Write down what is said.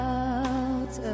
out